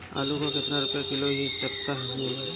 आलू का कितना रुपया किलो इह सपतह में बा?